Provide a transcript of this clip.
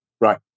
Right